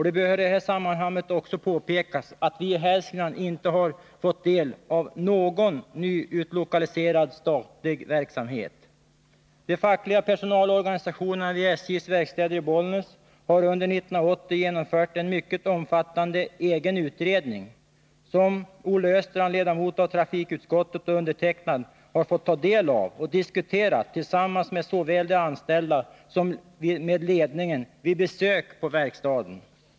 Det bör i det här sammanhanget också påpekas att vi i Hälsingland inte har fått del av någon ny utlokaliserad statlig verksamhet. De fackliga personalorganisationerna vid SJ:s verkstäder i Bollnäs har under 1980 genomfört en mycket omfattande egen utredning, som Olle Östrand, ledamot i trafikutskottet, och jag har fått ta del av och diskuterat tillsammans med såväl de anställda som ledningen vid besök vid verkstaden.